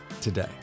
today